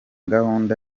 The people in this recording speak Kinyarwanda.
gahunda